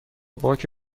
باک